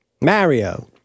mario